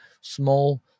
small